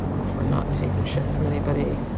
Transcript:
for not taking shit from anybody.